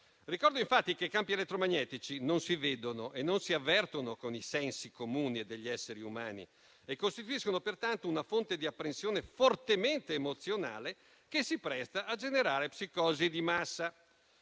Ricordo infatti che i campi elettromagnetici non si vedono e non si avvertono con i sensi comuni degli esseri umani e costituiscono pertanto una fonte di apprensione fortemente emozionale, che si presta a generare psicosi di massa.